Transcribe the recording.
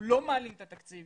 לא מעלים את התקציב